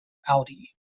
audi